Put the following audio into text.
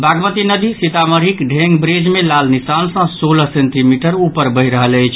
बागमती नदी सीतामढ़ीक ढेंगब्रिज मे लाल निशान सँ सोलह सेंटीमीटर ऊपर बहि रहल अछि